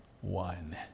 one